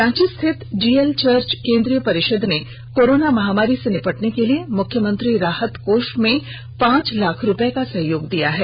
रांची स्थित GEL church केन्द्रीय परिषद ने कोरोना महामारी से निपटने के लिए मुख्यमंत्री राहत कोष में पांच लाख रूपये का सहयोग दिया है